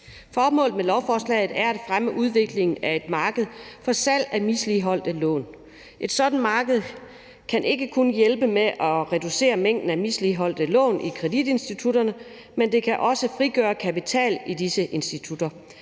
Formålet med lovforslaget er at fremme udviklingen af et marked for salg af misligholdte lån. Et sådant marked kan ikke kun hjælpe med at reducere mængden af misligholdte lån i kreditinstitutterne, men også frigøre kapital i disse institutter,